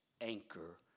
anchor